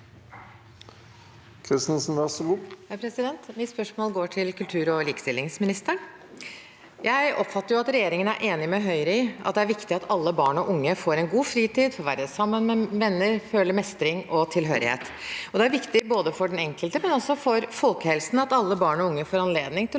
Kristensen (H) Mitt spørsmål går til kultur- og likestillingsministeren. Jeg oppfatter at regjeringen er enig med Høyre i at det er viktig at alle barn og unge får en god fritid, får være sammen med venner, får føle mestring og tilhørighet. Det er viktig både for den enkelte og for folkehelsen at alle barn og unge får anledning til å